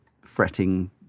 fretting